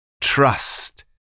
Trust